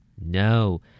No